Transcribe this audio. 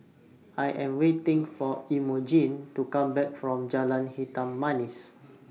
I Am waiting For Emogene to Come Back from Jalan Hitam Manis